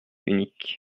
unique